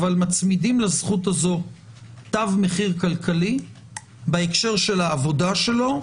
אבל מצמידים לזכות הזו תו מחיר כלכלי בהקשר של העבודה שלו,